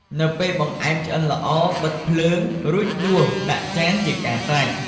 នៅពេលបង្អែមឆ្អិនល្អ បិទភ្លើង រួចដួសដាក់ចានជាការស្រេច។